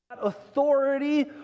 authority